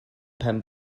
pen